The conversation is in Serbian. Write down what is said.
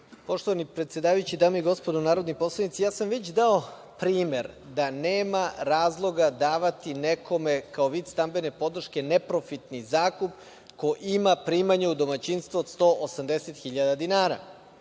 Poštovani predsedavajući, dame i gospodo narodni poslanici, već sam dao primer da nema razloga davati nekome, kao vid stambene podrške, neprofitni zakup ko ima primanja u domaćinstvu od 180.000 dinara,